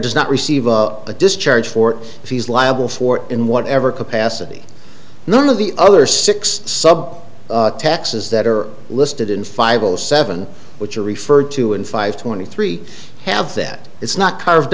does not receive a discharge for if he's liable for in whatever capacity none of the other six sub taxes that are listed in five of the seven which are referred to in five twenty three have that it's not carved